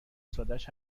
سادش